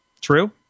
True